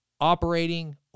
operating